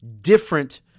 different